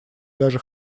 даже